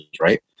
right